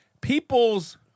people's